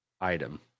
item